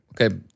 Okay